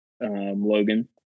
Logan